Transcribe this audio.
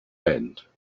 end